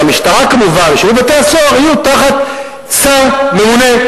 והמשטרה כמובן ושירות בתי-הסוהר יהיו תחת שר ממונה,